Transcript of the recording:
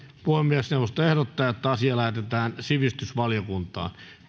puhemiesneuvosto ehdottaa että asia lähetetään sivistysvaliokuntaan